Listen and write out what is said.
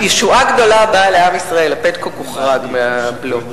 ישועה גדולה באה לעם ישראל, ה"פטקוק" הוחרג מהבלו.